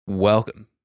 Welcome